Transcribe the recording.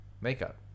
Makeup